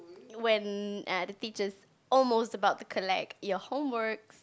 when hm the teacher's almost about to collect your homework